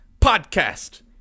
podcast